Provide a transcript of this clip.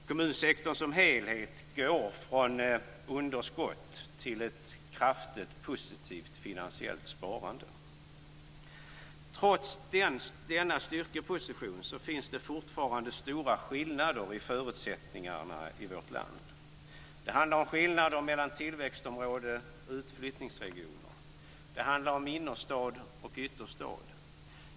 Kommunsektorn som helhet går från underskott till ett kraftigt positivt finansiellt sparande. Trots denna styrkeposition finns det fortfarande stora skillnader i förutsättningarna i vårt land. Det handlar om skillnader mellan tillväxtområden och utflyttningsregioner. Det handlar om innerstad och ytterstad.